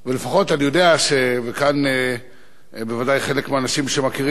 וכאן בוודאי חלק מהאנשים שמכירים יוכלו להעיד,